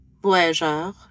voyageur